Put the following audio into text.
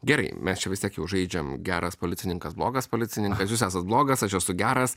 gerai mes čia vis tiek jau žaidžiam geras policininkas blogas policininkas jūs esat blogas aš esu geras